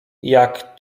jak